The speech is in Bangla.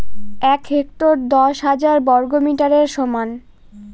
এক হেক্টর দশ হাজার বর্গমিটারের সমান